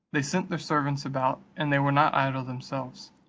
they sent their servants about, and they were not idle themselves,